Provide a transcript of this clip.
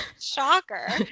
shocker